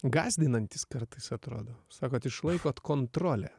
gąsdinantis kartais atrodo sakot išlaikot kontrolę